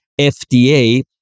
FDA